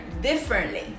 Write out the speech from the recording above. differently